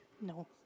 No